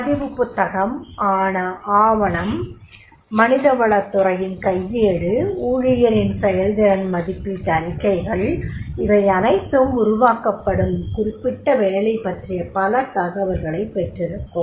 பதிவுப் புத்தகம் ஆவணம் மனிதவளத் துறையின் கையேடு ஊழியரின் செயல்திறன் மதிப்பீட்டு அறிக்கைகள் இவையனைத்தும் உருவாக்கப்படும் குறிப்பிட்ட வேலை பற்றிய பல தகவல்களைப் பெற்றிருக்கும்